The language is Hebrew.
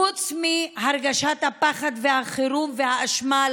לציבור עצמו, חוץ מהרגשת הפחד, החירום והאשמה?